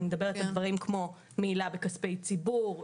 מעילה בכספי ציבור,